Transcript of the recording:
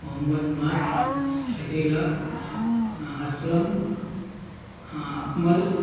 முகமத் மாஸ் சகிலா அஸ்லாம் அக்மல்